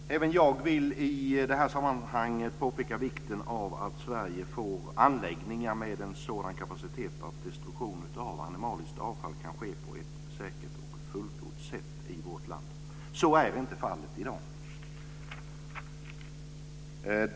Herr talman! Även jag vill i det här sammanhanget påpeka vikten av att Sverige får anläggningar med en sådan kapacitet att destruktion av animaliskt avfall kan ske på ett säkert och fullgott sätt i vårt land. Så är inte fallet i dag.